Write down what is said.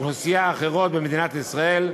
אחרות במדינת ישראל,